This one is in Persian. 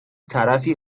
طرفی